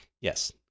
Yes